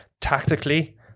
tactically